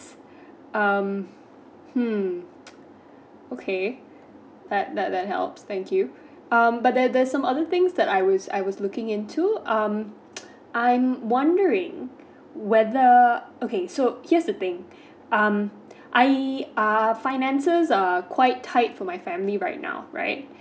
um hmm okay that that that helps thank you um but there there's some other things that I was I was looking into um I'm wondering whether okay so here's the thing um I um finances ah quite tight for my family right now right